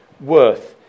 worth